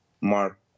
Mark